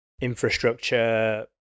infrastructure